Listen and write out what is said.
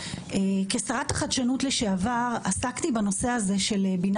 כשרת החדשנות לשעבר עסקתי בנושא של בינה